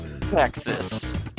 texas